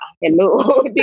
hello